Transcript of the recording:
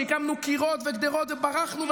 כשהקמנו קירות וגדרות וברחנו,